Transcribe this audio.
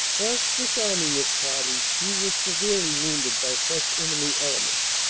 whilst disarming this party he was severely wounded by fresh enemy elements.